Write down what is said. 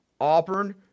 Auburn